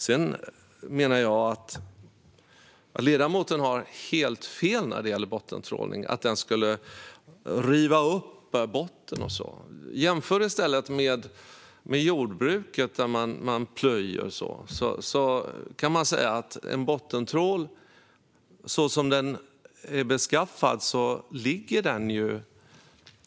Jag menar att ledamoten har helt fel när det gäller att bottentrålning river upp botten. Om man jämför med jordbruket, där det plöjs, kan man säga att en bottentrål är beskaffad så att den ligger ned.